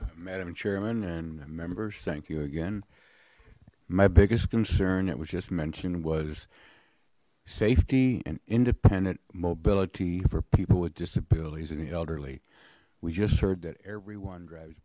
madam chairman and members thank you again my biggest concern that was just mentioned was safety and independent mobility for people with disabilities and the elderly we just heard that everyone drives